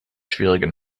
schwierigen